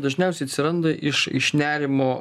dažniausiai atsiranda iš iš nerimo